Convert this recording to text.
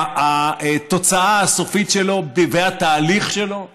והתוצאה הסופית שלו והתהליך שלו הם,